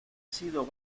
sido